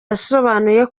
yasobanuye